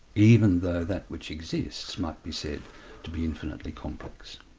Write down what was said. even though that which exists might be said to be infinitely complex.